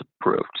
approved